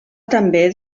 també